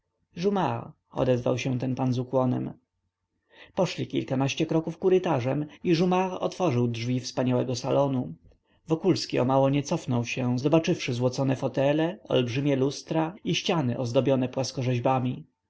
jumart odezwał się ten pan z ukłonem poszli kilkanaście kroków kurytarzem i jumart otworzył drzwi wspaniałego salonu wokulski o mało nie cofnął się zobaczywszy złocone meble olbrzymie lustra i ściany ozdobione płaskorzeźbami na